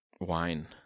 Wine